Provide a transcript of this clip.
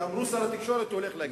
כי אמרו ששר התקשורת הולך לענות.